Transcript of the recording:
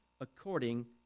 according